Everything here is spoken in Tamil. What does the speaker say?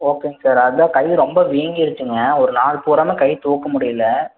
ஓகேங்க சார் அதான் கை ரொம்ப வீங்கிருச்சுங்க ஒரு நாள் பூராமே கை தூக்க முடியல